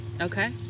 Okay